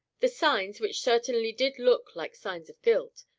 the signs, which certainly did look like signs of guilt,